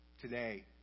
today